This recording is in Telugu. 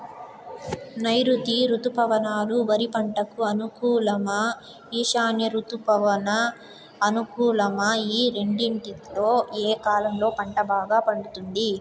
నైరుతి రుతుపవనాలు వరి పంటకు అనుకూలమా ఈశాన్య రుతుపవన అనుకూలమా ఈ రెండింటిలో ఏ కాలంలో పంట బాగా పండుతుంది?